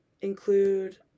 include